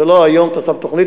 זה לא היום אתה שם תוכנית,